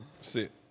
Sit